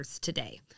today